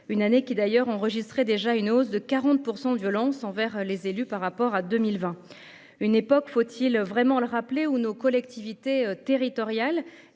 une année qui d'ailleurs enregistré déjà une hausse de 40 % de violence envers les élus par rapport à 2020 une époque : faut-il vraiment le rappeler ou nos collectivités territoriales